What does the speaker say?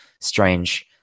strange